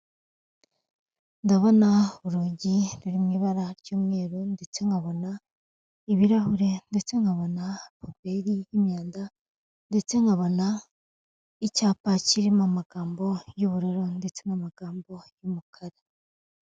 Ndabona urugi ruri mu ibara ry'umweru ndetse nkabona ibirahure ndetse nkabona puberi y'imyanda ndetse nkabona icyapa kirimo amagambo y'ubururu ndetse n'amagambo y'umukara.